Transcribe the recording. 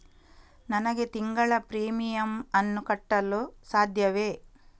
ನನಗೆ ತಿಂಗಳ ಪ್ರೀಮಿಯಮ್ ಅನ್ನು ಕಟ್ಟಲು ಸಾಧ್ಯವೇ?